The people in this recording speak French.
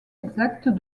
exacte